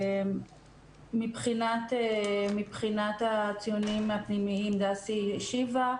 מבחינת הציונים הפנימיים, דסי השיבה,